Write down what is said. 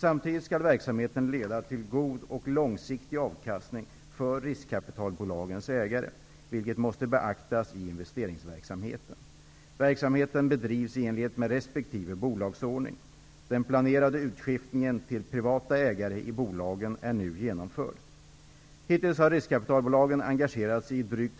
Samtidigt skall verksamheten leda till god och långsiktig avkastning för riskkapitalbolagens ägare, vilket måste beaktas i investeringsverksamheten. Verksamheten bedrivs i enlighet med resp. bolagsordning. Den planerade utskiftningen till privata ägare i bolagen är nu genomförd. Hittills har riskkapitalbolagen engagerat sig i drygt